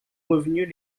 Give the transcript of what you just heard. revenus